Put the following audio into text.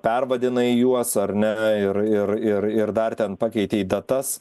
pervadinai juos ar ne ir ir ir ir dar ten pakeitei datas